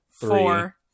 Four